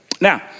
Now